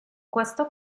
questo